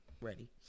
ready